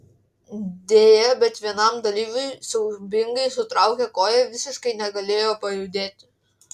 deja bet vienam dalyviui siaubingai sutraukė koją visiškai negalėjo pajudėti